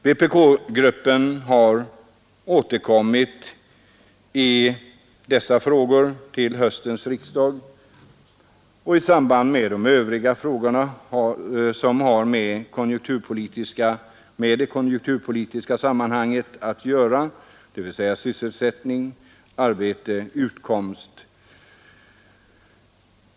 Vpk-gruppen har återkommit i dessa frågor också vid höstriksdagen i samband med övriga frågor som har med det konjunkturpolitiska sammanhanget att göra, såsom sysselsättning, arbete och utkomst.